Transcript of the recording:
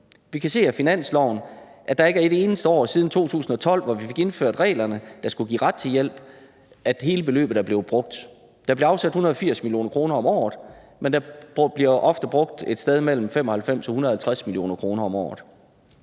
Vi kan se af finansloven, at der ikke er et eneste år siden 2012, hvor vi fik indført reglerne, der skulle give ret til hjælp, hvor hele beløbet er blevet brugt. Der blev afsat 180 mio. kr. om året, men der bliver ofte brugt et sted mellem 95 mio. kr. og 150 mio. kr. om året.